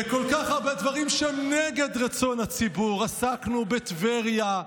בכל כך הרבה דברים שהם נגד רצון הציבור: עסקנו בטבריה,